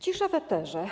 Cisza w eterze,